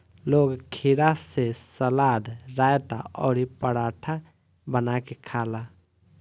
लोग खीरा से सलाद, रायता अउरी पराठा बना के खाला